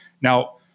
Now